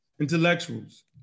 intellectuals